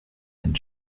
den